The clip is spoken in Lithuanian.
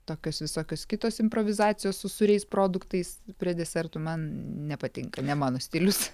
tokios visokios kitos improvizacijos su sūriais produktais prie desertų man nepatinka ne mano stilius